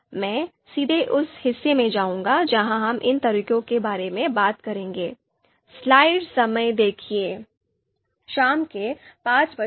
मैं सीधे उस हिस्से में जाऊंगा जहां हम इन तरीकों के बारे में बात करेंगे